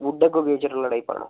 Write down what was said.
would ഒക്കെ ഉപയോഗിച്ചിട്ടുള്ള type ആണോ